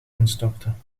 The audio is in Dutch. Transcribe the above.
instorten